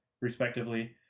respectively